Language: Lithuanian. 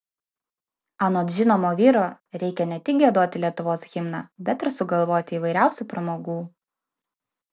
anot žinomo vyro reikia ne tik giedoti lietuvos himną bet ir sugalvoti įvairiausių pramogų